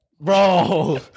bro